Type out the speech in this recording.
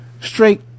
straight